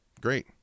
Great